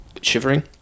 shivering